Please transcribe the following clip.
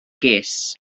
ges